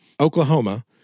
Oklahoma